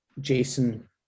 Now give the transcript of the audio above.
Jason